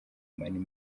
money